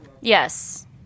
Yes